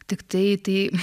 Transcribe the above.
tiktai tai